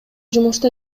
жумушта